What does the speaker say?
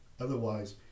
otherwise